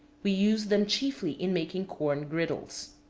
we used them chiefly in making corn griddles.